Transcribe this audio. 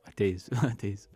ateisiu ateisiu